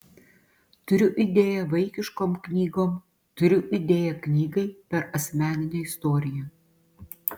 turiu idėją vaikiškom knygom turiu idėją knygai per asmeninę istoriją